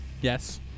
Yes